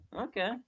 Okay